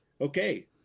Okay